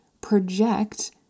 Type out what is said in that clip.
project